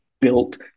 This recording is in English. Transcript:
built